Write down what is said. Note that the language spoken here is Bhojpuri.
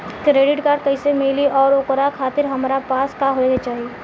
क्रेडिट कार्ड कैसे मिली और ओकरा खातिर हमरा पास का होए के चाहि?